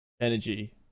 energy